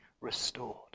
restored